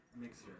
Mixer